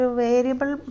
variable